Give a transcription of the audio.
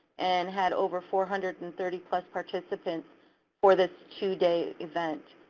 and had over four hundred and thirty plus participants for this two day event.